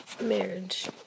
marriage